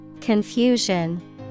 Confusion